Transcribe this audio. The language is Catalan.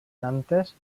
nantes